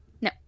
No